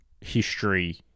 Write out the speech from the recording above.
history